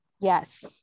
Yes